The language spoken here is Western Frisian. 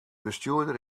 bestjoerder